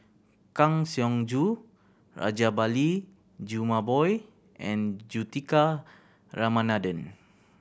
Kang Siong Joo Rajabali Jumabhoy and Juthika Ramanathan